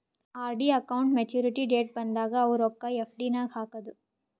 RD account maturity date ಬಂದಾಗ ಅವು ರೊಕ್ಕಾ ಎಫ್.ಡಿ ನಾಗ್ ಹಾಕದು